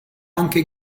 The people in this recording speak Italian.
anche